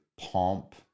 pomp